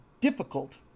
difficult